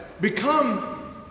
become